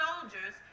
soldiers